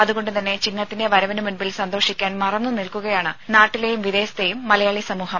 അതു കൊണ്ടു തന്നെ ചിങ്ങത്തിന്റെ വരവിനു മുമ്പിൽ സന്തോഷിക്കാൻ മറന്നു നിൽക്കുകയാണ് നാട്ടിലേയും വിദേശത്തേയും മലയാളി സമൂഹം